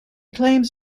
claims